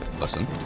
listen